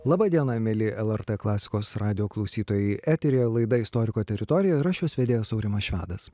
laba diena mieli lrt klasikos radijo klausytojai eteryje laida istoriko teritorija ir aš jos vedėjas aurimas švedas